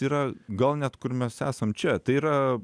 yra gal net kur mes esam čia tai yra